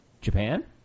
Japan